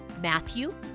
Matthew